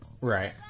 right